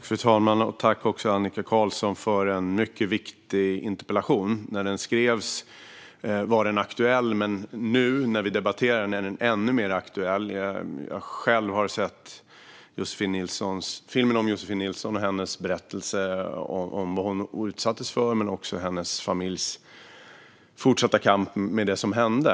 Fru talman! Tack, Annika Qarlsson, för en mycket viktig interpellation! När den skrevs var den aktuell. Nu när vi debatterar den är den ännu mer aktuell. Jag har själv sett filmen om Josefin Nilsson och berättelsen om vad hon utsattes för men också om hennes familjs fortsatta kamp med det som hände.